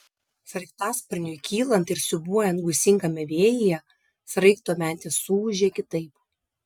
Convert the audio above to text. sraigtasparniui kylant ir siūbuojant gūsingame vėjyje sraigto mentės suūžė kitaip